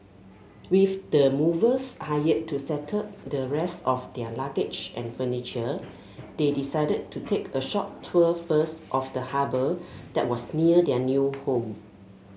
with the movers hired to settle the rest of their luggage and furniture they decided to take a short tour first of the harbour that was near their new home